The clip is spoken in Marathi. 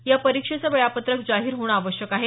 या परीक्षेचं वेळापत्रक जाहीर होणं आवश्यक आहे